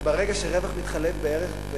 ברגע שרווח מתחלף בערך,